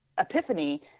epiphany